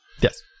Yes